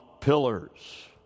pillars